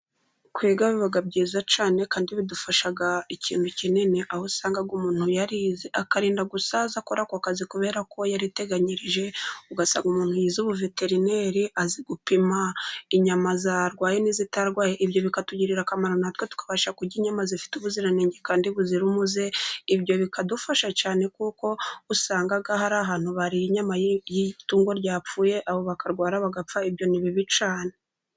Kwiga biba byiza cyane kandi bidufasha ikintu kinini, aho usanga umuntu yarize akarinda gusaza akora ako kazi, kubera ko aba yariteganyirije, ugasanga umuntu yarize ubuveterineri, azi gupima inyama zarwaye n'izitarwaye, ibyo bikatugirira akamaro natwe tukabasha kurya inyama zifite ubuziranenge kandi buzira umuze. Ibyo bikadufasha cyane kuko usanga hari ahantu bariye inyama y'itungo ryapfuye, abo bakarwara bagapfa. Ibyo ni bibi cyane.